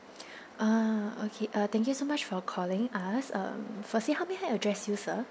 ah okay uh thank you so much for calling us uh firstly how may I address you sir